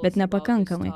bet nepakankamai